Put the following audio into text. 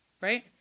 right